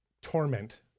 torment